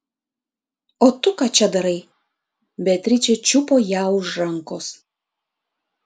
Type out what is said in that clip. o tu ką čia darai beatričė čiupo ją už rankos